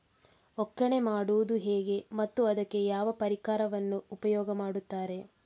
ಒಕ್ಕಣೆ ಮಾಡುವುದು ಹೇಗೆ ಮತ್ತು ಅದಕ್ಕೆ ಯಾವ ಪರಿಕರವನ್ನು ಉಪಯೋಗ ಮಾಡುತ್ತಾರೆ?